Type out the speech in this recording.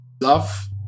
Love